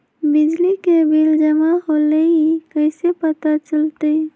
बिजली के बिल जमा होईल ई कैसे पता चलतै?